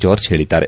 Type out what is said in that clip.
George ಹೇಳಿದ್ದಾರೆ